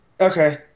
Okay